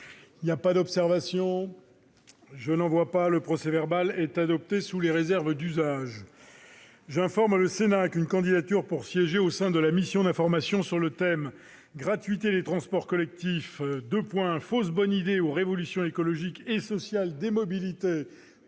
Il n'y a pas d'observation ?... Le procès-verbal est adopté sous les réserves d'usage. J'informe le Sénat qu'une candidature pour siéger au sein de la mission d'information sur le thème :« Gratuité des transports collectifs : fausse bonne idée ou révolution écologique et sociale des mobilités ?